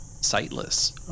sightless